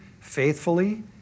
faithfully